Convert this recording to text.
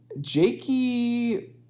Jakey